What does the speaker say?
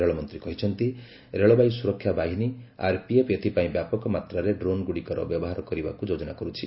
ରେଳମନ୍ତ୍ରୀ କହିଛନ୍ତି ରେଳବାଇ ସୁରକ୍ଷା ବାହିନୀ ଆର୍ପିଏଫ୍ ଏଥିପାଇଁ ବ୍ୟାପକ ମାତ୍ରାରେ ଡ୍ରୋନ୍ଗୁଡ଼ିକର ବ୍ୟବହାର କରିବାକୁ ଯୋଜନା କରୁଛି